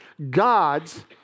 Gods